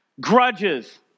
grudges